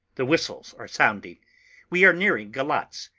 the whistles are sounding we are nearing galatz.